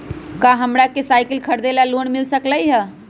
का हमरा के साईकिल खरीदे ला लोन मिल सकलई ह?